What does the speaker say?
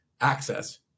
access